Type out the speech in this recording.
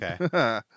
Okay